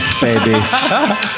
baby